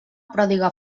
pròdiga